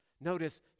Notice